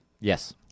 Yes